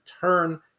turn